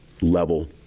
level